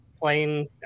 playing